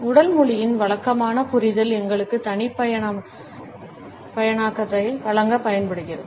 உடல் மொழியின் வழக்கமான புரிதல் எங்களுக்கு தனிப்பயனாக்கத்தை வழங்க பயன்படுகிறது